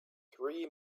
three